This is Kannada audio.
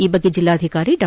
ಈ ಬಗ್ಗೆ ಜಿಲ್ಲಾಧಿಕಾರಿ ಡಾ